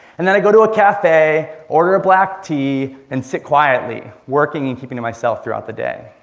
and then i go to a cafe, order a black tea, and sit quietly, working and keeping to myself throughout the day.